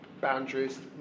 boundaries